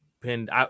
pinned